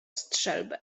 strzelbę